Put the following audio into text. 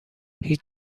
هیچ